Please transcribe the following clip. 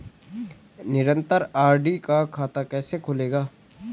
निरन्तर आर.डी का खाता कैसे खुलेगा?